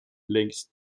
linked